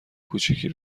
کوچیکی